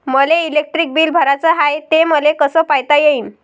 मले electric bill भराचं हाय, ते मले कस पायता येईन?